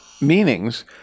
meanings